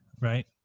right